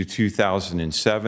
2007